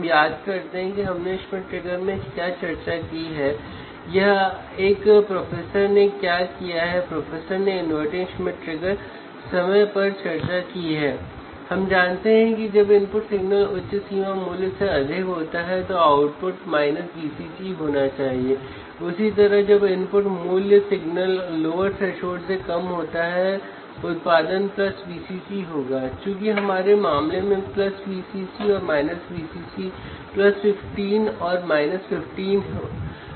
फिर हमें instrumentation amplifier का आउटपुट 426 मिलीवोल्ट मिलता है